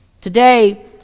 Today